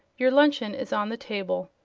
your luncheon is on the table,